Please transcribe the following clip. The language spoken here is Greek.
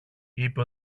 είπε